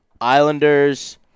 Islanders